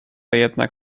jednak